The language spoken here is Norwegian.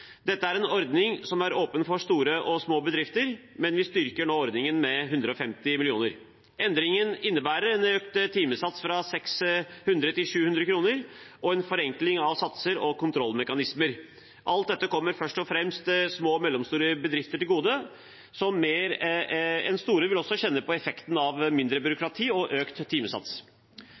Dette er en ordning som er åpen for store og små bedrifter, men vi styrker nå ordningen med 150 mill. kr. Endringen innebærer økt timesats – fra 600 kr til 700 kr – og en forenkling av satser og kontrollmekanismer. Alt dette kommer først og fremst små og mellomstore bedrifter til gode, som mer enn de store vil kjenne på effekten av mindre byråkrati og økt timesats.